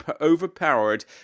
overpowered